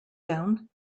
down